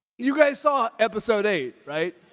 you guys saw episode eight, right?